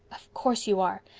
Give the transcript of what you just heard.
of course you are.